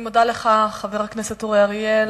אני מודה לך, חבר הכנסת אורי אריאל.